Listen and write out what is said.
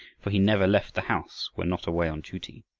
for he never left the house when not away on duty.